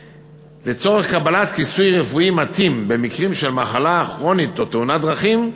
לצורך קבלת כיסוי רפואי מתאים במקרים של מחלה כרונית או תאונת דרכים,